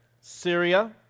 Syria